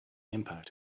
impact